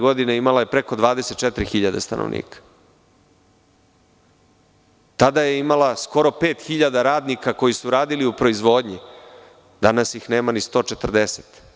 Godine 1991. imala je preko 24 hiljade stanovnika, Tada je imala skoro pet hiljada radnika koji su radili u proizvodnji, danas ih nema ni 140.